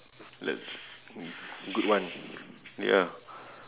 that's mm it's a good one ya